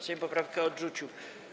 Sejm poprawkę odrzucił.